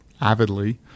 avidly